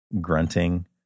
grunting